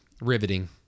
Riveting